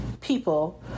people